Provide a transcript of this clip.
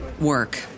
work